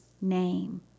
name